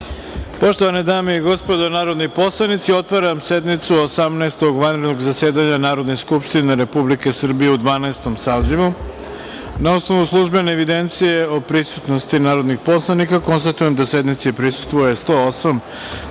Poštovane dame i gospodo narodni poslanici, otvaram sednicu Osamnaestog vanrednog zasedanja Narodne skupštine Republike Srbije u Dvanaestom sazivu. Na osnovu službene evidencije o prisutnosti narodnih poslanika, konstatujem da sednici prisustvuje 108